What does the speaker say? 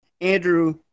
Andrew